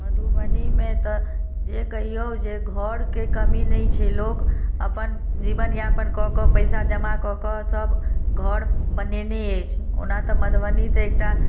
मधुबनी मे तऽ जे कहियो जे घर के कमी नहि छै लोक अपन जीवनयापन कऽ के पैसा जमा कऽ के सब घर बनेने अछि ओना तऽ मधुबनी तऽ एकटा